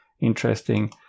Interesting